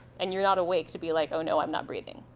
and you're not awake to be like, oh no, i'm not breathing.